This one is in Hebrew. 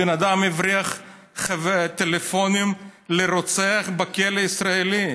הבן אדם הבריח טלפונים לרוצח בכלא הישראלי.